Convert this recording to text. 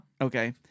Okay